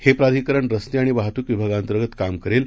हे प्राधिकरण रस्ते आणि वाहतूक विभागाअंतर्गत काम करेल